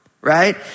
Right